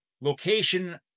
location